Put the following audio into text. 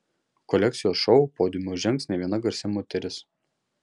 kolekcijos šou podiumu žengs ne viena garsi moteris